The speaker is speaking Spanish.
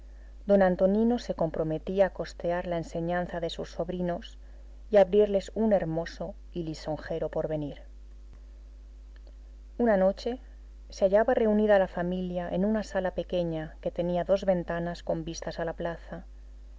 d antonino se comprometía a costear la enseñanza de sus sobrinos y abrirles un hermoso y lisonjero porvenir una noche se hallaba reunida la familia en una sala pequeña que tenía dos ventanas con vistas a la plaza